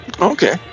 Okay